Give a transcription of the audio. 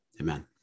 Amen